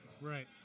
Right